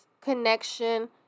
connection